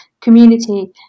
community